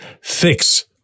Fix